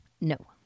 No